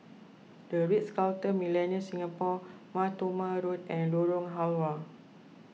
the Ritz Carlton Millenia Singapore Mar Thoma Road and Lorong Halwa